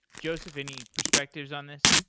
joseph, any perspectives on this?